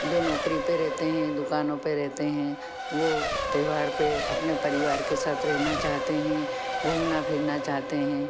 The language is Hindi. जो नौकरी पर रहते हैं दुकानों पर रहते हैं वो त्योहार पर अपने परिवार के साथ रहना चाहते हैं घूमना फिरना चाहतै हैं